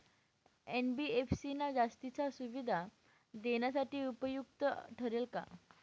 NBFC ना जास्तीच्या सुविधा देण्यासाठी उपयुक्त ठरेल का?